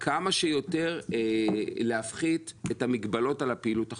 להפחית כמה שיותר את המגבלות על הפעילות החקלאית.